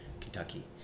Kentucky